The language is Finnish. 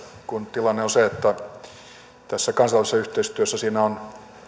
kun tilanne on se että tässä kansallisessa yhteistyössä on